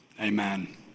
Amen